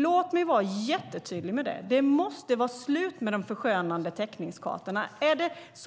Låt mig vara jättetydlig med detta: Det måste vara slut med de förskönande täckningskartorna!